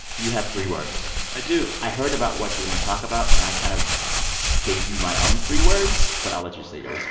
you have three words i do i heard about what you were going to talk about, and i kind of gave you my own three words. but i'll let you say yeah